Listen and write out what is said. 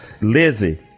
Lizzie